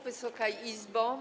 Wysoka Izbo!